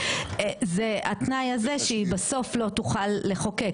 זה התנאי הזה שהיא בסוף לא תוכל לחוקק,